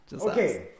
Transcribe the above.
Okay